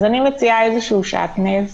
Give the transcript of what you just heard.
אז אני מציעה איזשהו שעטנז.